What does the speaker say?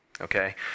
Okay